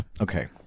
Okay